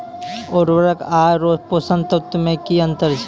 उर्वरक आर पोसक तत्व मे की अन्तर छै?